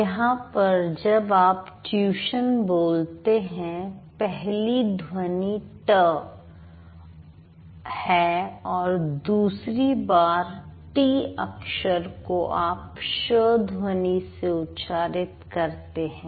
यहां पर जब आप ट्यूशन बोलते हैं पहली ध्वनि ट है और दूसरी बार टी अक्षर को आप श ध्वनि से उच्चारित करते हैं